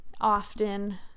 often